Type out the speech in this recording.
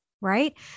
Right